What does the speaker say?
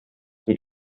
dem